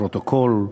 לפרוטוקול,